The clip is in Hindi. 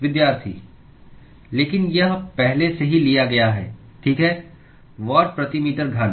लेकिन यह पहले से ही लिया गया है ठीक है वाट प्रति मीटर घन